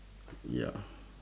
ya